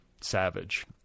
savage